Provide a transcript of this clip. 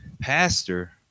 pastor